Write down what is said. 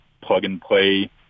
plug-and-play